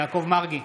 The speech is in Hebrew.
יעקב מרגי,